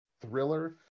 thriller